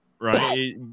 right